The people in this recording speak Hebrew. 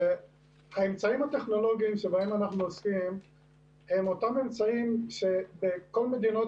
האמצעים הטכנולוגיים שבהם אנחנו עוסקים הם אותם אמצעים שבכל מדינות